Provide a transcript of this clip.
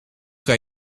kan